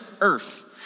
earth